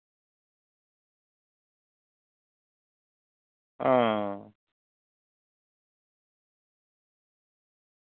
ᱚ